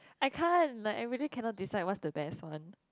I can't like I really cannot decide what's the best one